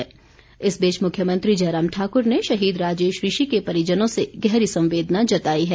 संवेदना इस बीच मुख्यमंत्री जयराम ठाकुर ने शहीद राजेश ऋषि के परिजनों से गहरी संवेदना जताई है